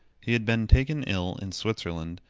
he had been taken ill in switzerland,